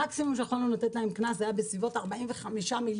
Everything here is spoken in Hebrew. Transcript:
הקנס המקסימלי שיכולנו לתת להם היה כ-45 מיליון